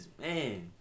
man